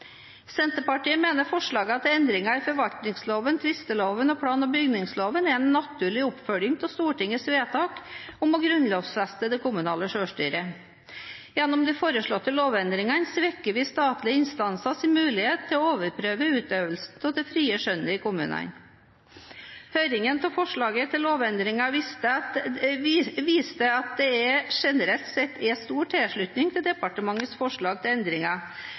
Senterpartiet mener forslagene til endringer i forvaltningsloven, tvisteloven og plan- og bygningsloven er en naturlig oppfølging av Stortingets vedtak om å grunnlovfeste det kommunale selvstyret. Gjennom de foreslåtte lovendringene svekker vi statlige instansers mulighet til å overprøve utøvelsen av det frie skjønnet i kommunene. Høringen om forslaget til lovendringer viste at det generelt sett er stor tilslutning til departementets forslag til endringer,